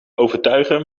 overtuigen